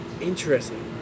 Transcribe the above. Interesting